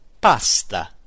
pasta